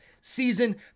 season